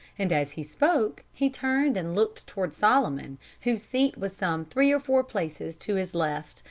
and as he spoke he turned and looked toward solomon, whose seat was some three or four places to his left,